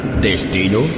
¿Destino